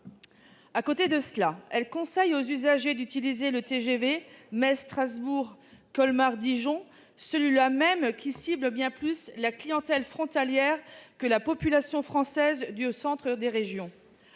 En parallèle, elle conseille aux usagers d'utiliser la ligne TGV Metz-Strasbourg-Colmar-Dijon, celle-là même qui cible davantage la clientèle frontalière que la population française du centre des régions.